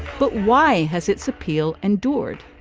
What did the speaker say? but why has its appeal endured.